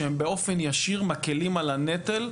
שהם באופן ישיר מקלים על הנטל.